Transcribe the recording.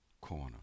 corner